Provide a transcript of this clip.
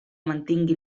mantingui